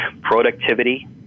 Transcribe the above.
productivity